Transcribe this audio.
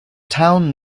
town